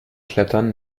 klettern